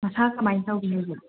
ꯃꯁꯥ ꯀꯃꯥꯏ ꯇꯧꯒꯦ ꯍꯧꯖꯤꯛ